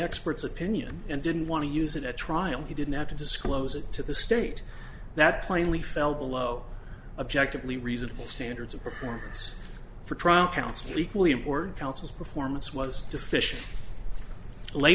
expert's opinion and didn't want to use it at trial he didn't have to disclose it to the state that finally fell below objective lee reasonable standards of performance for trial counsel equally important counsel performance was deficient la